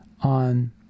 on